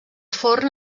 forn